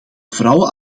vrouwen